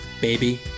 baby